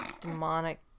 Demonic